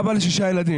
אבא לשישה ילדים.